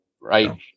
right